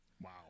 Wow